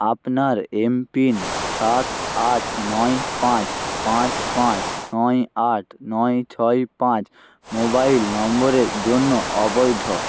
আপনার এমপিন সাত আট নয় পাঁচ পাঁচ পাঁচ নয় আট নয় ছয় পাঁচ মোবাইল নম্বরের জন্য অবৈধ